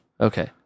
okay